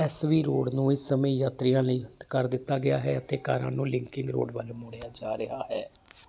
S V road ਨੂੰ ਇਸ ਸਮੇਂ ਯਾਤਰੀਆਂ ਲਈ ਬੰਦ ਕਰ ਦਿੱਤਾ ਗਿਆ ਹੈ ਅਤੇ ਕਾਰਾਂ ਨੂੰ ਲਿੰਕਿੰਗ ਰੋਡ ਵੱਲ ਮੋੜਿਆ ਜਾ ਰਿਹਾ ਹੈ